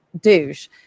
douche